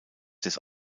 des